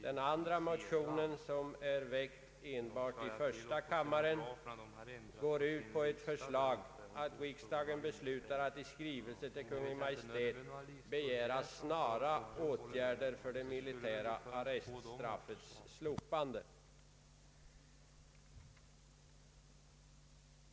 Den andra motionen, som är väckt enbart i första kammaren, utmynnar i en hemställan att riksdagen beslutar att i skrivelse till Kungl. Maj:t begära snara åtgärder för det militära arreststraffets slopande.